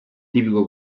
tipico